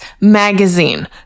magazine